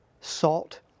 salt